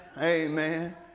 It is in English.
Amen